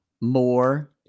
more